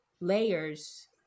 layers